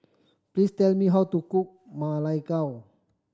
please tell me how to cook Ma Lai Gao